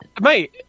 Mate